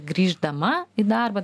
grįždama į darbą